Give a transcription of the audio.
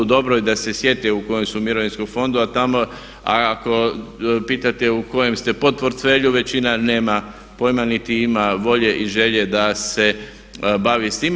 Dobro je da se sjete u kojem su mirovinskom fondu, a tamo ako pitate u kojem ste podportfelju većina nema pojma niti ima volje i želje da se bavi s time.